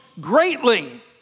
greatly